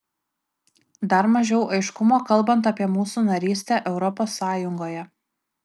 dar mažiau aiškumo kalbant apie mūsų narystę europos sąjungoje